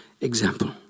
example